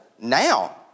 now